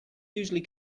usually